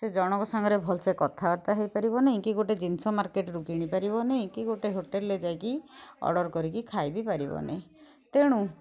ସେ ଜଣଙ୍କ ସାଙ୍ଗରେ ଭଲସେ କଥା ବାର୍ତ୍ତା ହୋଇପାରିବ ନାଇଁ କି ଗୋଟେ ଜିନିଷ ମାର୍କେଟ୍ରୁ କିଣି ପାରିବ ନେଇ କି ଗୋଟେ ହୋଟେଲ୍ରେ ଯାଇକି ଅର୍ଡ଼ର୍ କରିକି ଖାଇ ବି ପାରିବ ନାଇଁ ତେଣୁ